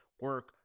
Work